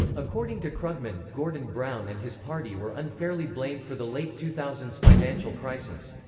according to krugman, gordon brown and his party were unfairly blamed for the late two thousand s financial crisis.